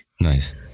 nice